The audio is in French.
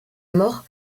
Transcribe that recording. mort